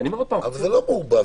אבל זה לא מעורבב.